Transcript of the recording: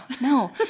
No